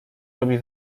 robi